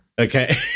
Okay